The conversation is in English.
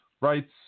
rights